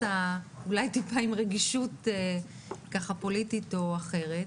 אולי טיפה עם רגישות פוליטית או אחרת,